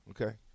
Okay